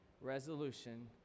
Resolution